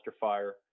fire